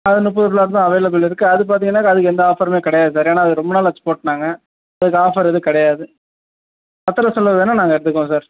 அது முப்பது ஃப்ளாட் தான் அவைலபிள்ல இருக்குது அது பார்த்தீங்கன்னாக்கா அதுக்கு எந்த ஆஃபருமே கிடையாது சார் ஏன்னா அது ரொம்ப நாள் ஆச்சு போட்டு நாங்கள் இப்போ இந்த ஆஃபர் எதுவும் கிடையாது பத்திர செலவு வேணா நாங்கள் எடுத்துக்குவோம் சார்